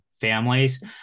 families